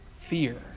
fear